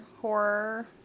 horror